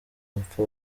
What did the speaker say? bapfa